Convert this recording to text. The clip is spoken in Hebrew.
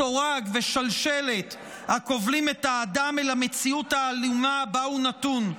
סורג ושלשלת הכובלים את האדם אל המציאות האלימה שבה הוא נתון,